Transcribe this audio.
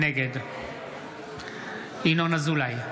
נגד ינון אזולאי,